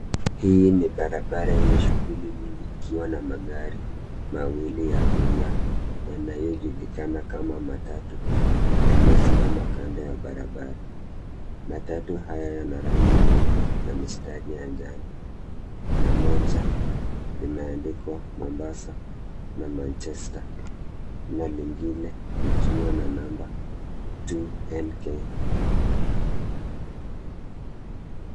Hii ni barabara yenye shughuli nyingi ikiwa na magari mawili ya abiria yanayojulikana kama matatu yaliyosimama kando ya barabara. Matatu haya yana rangi nyeupe na mistari ya njano na moja limeandikwa Mombasa na Manchester na lingine likiwa na namba 2NK .